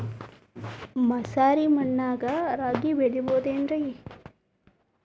ಮಸಾರಿ ಮಣ್ಣಾಗ ರಾಗಿ ಬೆಳಿಬೊದೇನ್ರೇ?